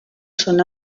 són